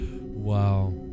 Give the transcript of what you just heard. wow